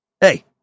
Hey